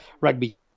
rugby